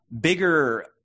bigger